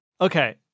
okay